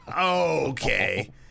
Okay